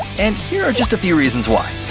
and here are just a few reasons why.